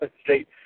straight